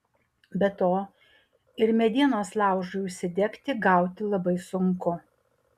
be to ir medienos laužui užsidegti gauti labai sunku